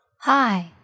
Hi